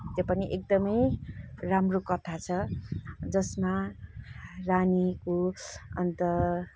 त्यो पनि एकदमै राम्रो कथा छ जसमा रानीको अन्त